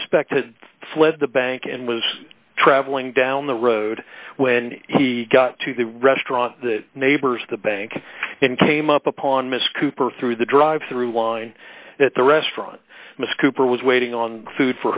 suspect had fled the bank and was traveling down the road when he got to the restaurant that neighbors the bank and came up upon mr cooper through the drive through line at the restaurant miss cooper was waiting on food